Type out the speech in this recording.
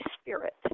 spirit